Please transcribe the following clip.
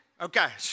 Okay